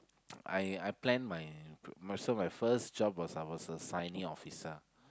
I I plan my so my first job was I was a signee officer